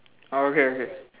oh okay okay